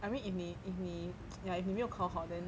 I mean if 你 if 你 ya if 你没有考好 then